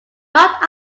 not